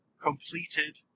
completed